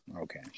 Okay